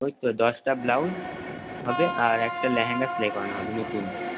ওইতো দশটা ব্লাউজ হবে আর একটা লেহেঙ্গা সেলাই করানো হবে নতুন